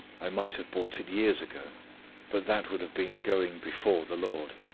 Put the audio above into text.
i might have bought it years ago but that would have been going before the lord.